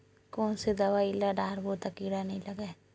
कोन से दवाई ल डारबो त कीड़ा नहीं लगय?